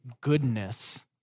goodness